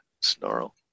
snarl